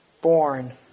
born